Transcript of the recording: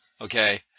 Okay